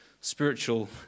spiritual